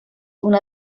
una